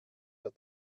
der